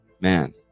man